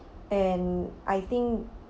and I think